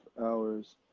hours